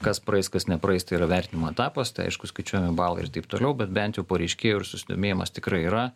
kas praeis kas nepraeis tai yra vertinimo etapas tai aišku skaičiuojami balai taip toliau bet bent jau pareiškėjų ir susidomėjimas tikrai yra